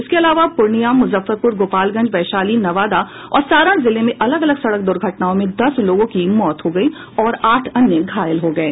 इसके अलावा पूर्णिया मुजफ्फरपुर गोपालगंज वैशाली नवादा और सारण जिले में अलग अलग सड़क दुर्घटनाओं में दस लोगों की मौत होगयी और आठ अन्य घायल हो गये